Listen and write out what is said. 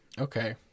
Okay